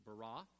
bara